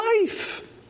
life